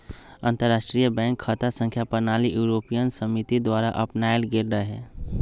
अंतरराष्ट्रीय बैंक खता संख्या प्रणाली यूरोपीय समिति द्वारा अपनायल गेल रहै